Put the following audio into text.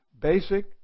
basic